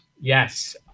Yes